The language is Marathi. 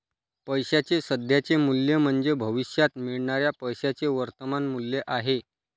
पैशाचे सध्याचे मूल्य म्हणजे भविष्यात मिळणाऱ्या पैशाचे वर्तमान मूल्य आहे